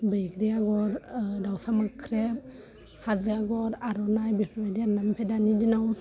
बैग्रि आगर दाउसा मोख्रेब हाजो आगर आर'नाइ बेफोरबायदि आरोना आमफ्राय दानि दिनाव